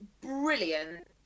brilliant